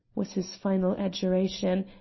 was his final adjuration,